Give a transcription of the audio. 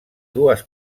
dues